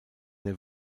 der